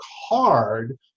hard